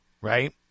right